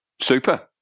Super